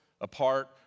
apart